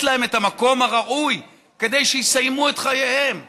להם את המקום הראוי כדי שיסיימו את חייהם בכבוד.